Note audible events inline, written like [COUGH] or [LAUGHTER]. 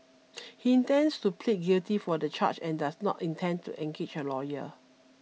[NOISE] he intends to plead guilty for the charge and does not intend to engage a lawyer